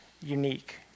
unique